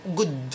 good